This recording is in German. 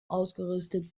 ausgerüstet